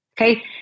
Okay